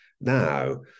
now